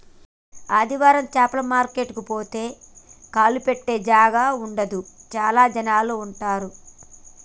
ఆదివారం చాపల మార్కెట్ కు పోతే కాలు పెట్టె జాగా ఉండదు చాల జనాలు ఉంటరు